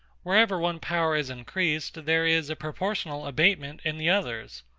wherever one power is increased, there is a proportional abatement in the others.